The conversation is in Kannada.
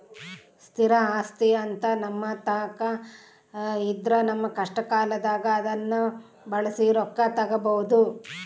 ಸ್ಥಿರ ಆಸ್ತಿಅಂತ ನಮ್ಮತಾಕ ಇದ್ರ ನಮ್ಮ ಕಷ್ಟಕಾಲದಾಗ ಅದ್ನ ಬಳಸಿ ರೊಕ್ಕ ತಗಬೋದು